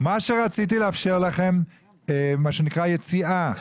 מה שרציתי לאפשר לכם זאת מה שנקרא יציאה.